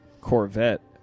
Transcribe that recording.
Corvette